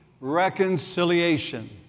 reconciliation